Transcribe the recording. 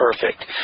perfect